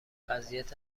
وضعیت